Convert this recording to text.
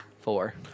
Four